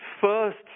first